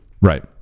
right